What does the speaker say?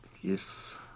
Yes